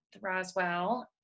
Roswell